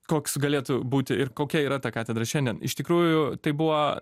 koks galėtų būti ir kokia yra ta katedra šiandien iš tikrųjų tai buvo